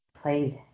played